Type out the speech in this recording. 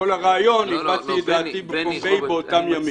הרעיון הבעתי את דעתי בפומבי באותם ימים.